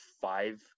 five